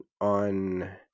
on